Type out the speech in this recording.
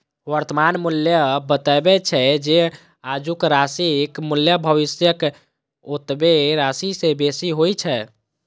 वर्तमान मूल्य बतबै छै, जे आजुक राशिक मूल्य भविष्यक ओतबे राशि सं बेसी होइ छै